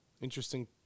interesting